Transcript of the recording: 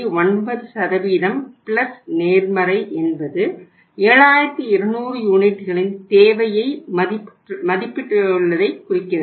9 plus நேர்மறை என்பது 7200 யூனிட்டுகளின் தேவையை மதிப்பிட்டுள்ளதை குறிக்கிறது